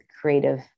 creative